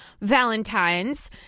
valentines